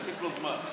תוסיף לו זמן.